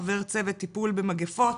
חבר צוות טיפול במגיפות